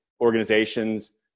organizations